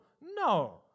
No